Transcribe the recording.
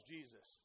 Jesus